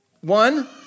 One